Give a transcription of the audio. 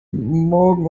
morgen